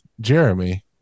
jeremy